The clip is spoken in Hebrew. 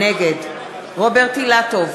נגד רוברט אילטוב,